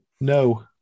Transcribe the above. No